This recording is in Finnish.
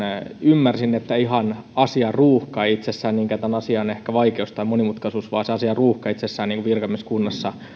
ymmärsin että ihan asiaruuhka ei itsessään niinkään tämän asian vaikeus tai monimutkaisuus vaan se asiaruuhka itsessään virkamieskunnassa